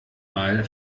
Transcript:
mal